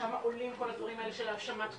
שם עולים כל הדברים האלה של האשמת קורבן,